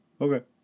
Okay